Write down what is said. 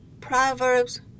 Proverbs